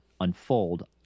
unfold